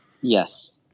Yes